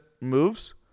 moves